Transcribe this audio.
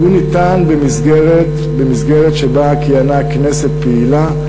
הוא ניתן במסגרת שבה כיהנה כנסת פעילה,